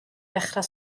ddechrau